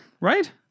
right